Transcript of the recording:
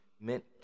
meant